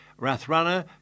Rathrana